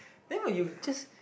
then when you just